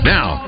Now